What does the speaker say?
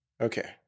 Okay